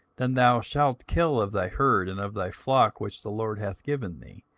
then thou shalt kill of thy herd and of thy flock, which the lord hath given thee,